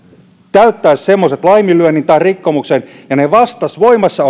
täyttäisi semmoisen laiminlyönnin tai rikkomuksen tunnusmerkit joka vastaisi voimassa